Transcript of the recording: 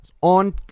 on